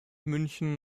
münchen